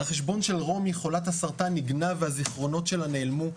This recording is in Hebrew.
החשבון של רומי חולת הסרטן נגנב והזכרונות שלה נעלמו,